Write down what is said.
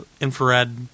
infrared